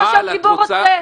מיכל, בבקשה.